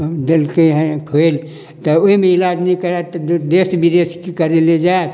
देलकै हँ खोलि तऽ ओइमे इलाज नहि करायब तऽ देश विदेश की करै लए जायब